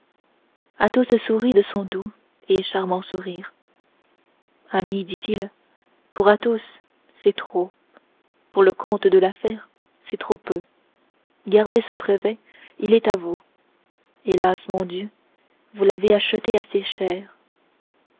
athos sourit de son doux et charmant sourire amis dit-il pour athos c'est trop pour le comte de la fère c'est trop peu gardez ce brevet il est à vous hélas mon dieu vous l'avez acheté assez cher